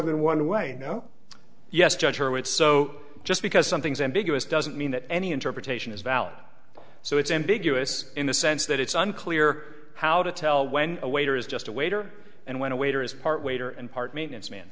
than one way no yes judge her it so just because something is ambiguous doesn't mean that any interpretation is valid so it's ambiguous in the sense that it's unclear how to tell when a waiter is just a waiter and when a waiter is part waiter and part maintenance man